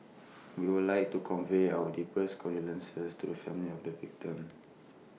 we would like to convey our deepest condolences to the families of the victims